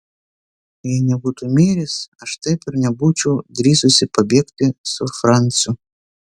jei nebūtų miręs aš taip ir nebūčiau drįsusi pabėgti su franciu